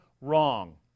wrong